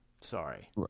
Sorry